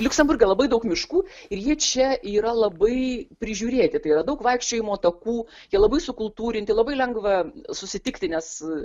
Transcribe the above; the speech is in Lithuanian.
liuksemburge labai daug miškų ir ji čia yra labai prižiūrėti tai yra daug vaikščiojimo takų jie labai sukultūrinti labai lengva susitikti nes